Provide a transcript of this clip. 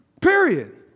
Period